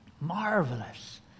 marvelous